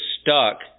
stuck